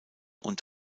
und